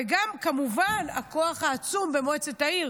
וגם כמובן הכוח העצום במועצת העיר.